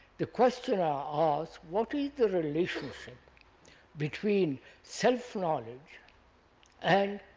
the questioner asks, what is the relationship between self-knowledge and